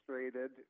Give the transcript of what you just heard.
Illustrated